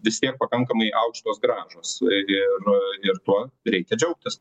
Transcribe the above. vis tiek pakankamai aukštos grąžos ir ir tuo reikia džiaugtis